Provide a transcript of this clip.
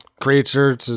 creature